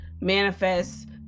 manifest